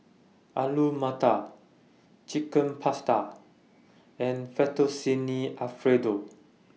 Alu Matar Chicken Pasta and Fettuccine Alfredo